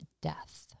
death